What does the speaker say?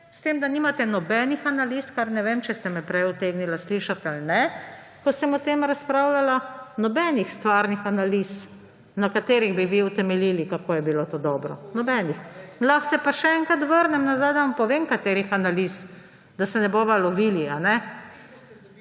s tem da nimate nobenih analiz, kar ne vem, če ste me prej utegnili slišati ali ne, ko sem o tem razpravljala. Nobenih stvarnih analiz, na katerih bi vi utemeljili, kako je bilo to dobro. Nobenih. Lahko se pa še enkrat vnem nazaj, da vam povem, katerih analiz, da se ne bova lovili. /